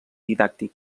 didàctic